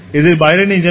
এদের বাইরে নিয়ে যান